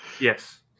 Yes